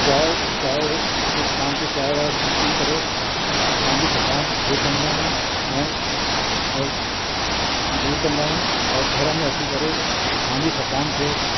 चांहि चांहि जे दुकान ते चांहि वाए पी करे त पंहिंजी थकान दूरि कंदा आहियूं ऐं दूरि कंदा आहियूं और घर में अची करे पंहिंजी थकान खे